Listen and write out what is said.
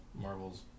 Marvel's